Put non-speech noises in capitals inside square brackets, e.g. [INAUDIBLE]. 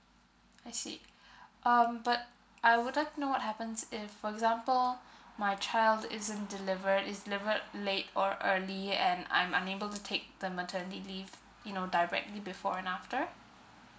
I see [BREATH] um but I wouldn't know what happens if for example my child isn't delivered is delivered late or early and I'm unable to take the maternity leave you know directly before and after